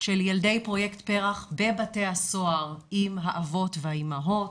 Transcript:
של ילדי פרויקט פר"ח בבתי הסוהר עם האבות והאימהות,